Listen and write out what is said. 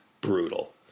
brutal